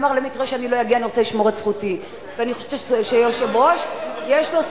אל תעשו פה את הפרובוקציות האלה.